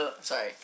sorry